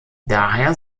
daher